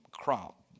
crop